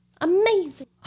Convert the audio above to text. Amazing